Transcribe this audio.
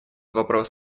вопрос